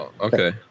okay